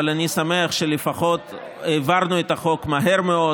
אבל אני שמחו שלפחות העברנו את החוק מהר מאוד,